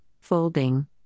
folding